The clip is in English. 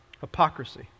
hypocrisy